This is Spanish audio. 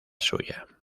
suya